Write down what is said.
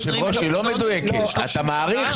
היושב ראש, אני חושב שהמילה ידיעה היא לא מדויקת.